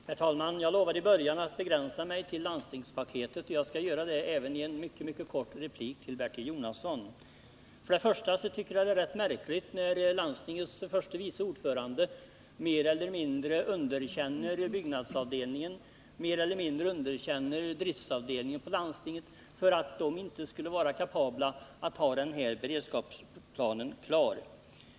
Herr talman! Jag lovade i början att begränsa mig till landstingspaketet, och jag skall göra det även i en mycket kort replik till Bertil Jonasson. För det första tycker jag att det är rätt märkligt när landstingets förste vice ordförande mer eller mindre underkänner byggnadsavdelningen och driftavdelningen på landstinget och säger att de inte är kapabla att ha beredskapsplanen klar.